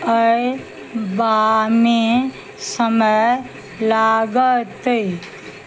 अयबामे समय लागतइ